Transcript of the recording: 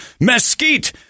mesquite